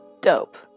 Dope